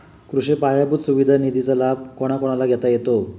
कृषी पायाभूत सुविधा निधीचा लाभ कोणाकोणाला घेता येतो?